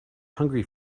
hungry